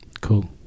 Cool